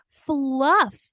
Fluff